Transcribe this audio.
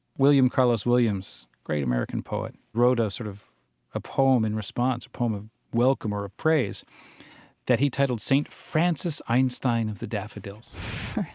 william carlos williams, great american poet, wrote a sort of ah poem in response, a poem of welcome or of praise that he titled st. francis einstein of the daffodils.